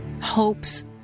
hopes